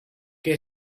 què